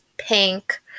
Pink